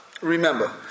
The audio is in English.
Remember